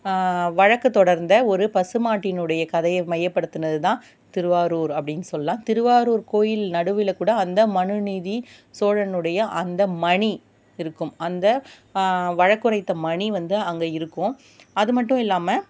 வழக்கு தொடர்ந்த ஒரு பசுமாட்டினுடைய கதையை மையப்படுத்தினதுதான் திருவாரூர் அப்படின்னு சொல்லாம் திருவாரூர் கோயில் நடுவில் கூட அந்த மனுநீதி சோழனுடைய அந்த மணி இருக்கும் அந்த வழக்குரைத்த மணி வந்து அங்கே இருக்கும் அது மட்டும் இல்லாம